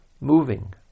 moving